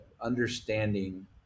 understanding